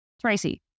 Tracy